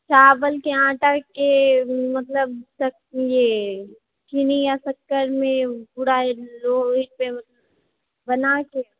चावल के आटाके मतलब ये चीनी या शक्करमे पूरा बनाके